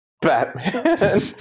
Batman